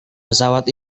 pesawat